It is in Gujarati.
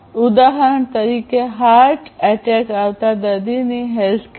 ઉદાહરણ તરીકે હાર્ટ એટેક આવતા દર્દીની હેલ્થકેર